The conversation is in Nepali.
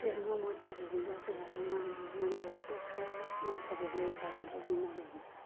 त्यसमा मच्छरहरू बस्यो भने मा मान्छेलाई टोक्छ मच्छरहरूले त्यहाँदेखिको बिमारी हुन्छ